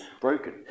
broken